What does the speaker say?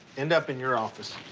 end up in your office.